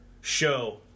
show